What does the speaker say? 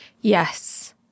Yes